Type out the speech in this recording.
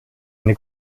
eine